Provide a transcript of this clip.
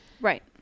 Right